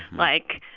like,